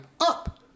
up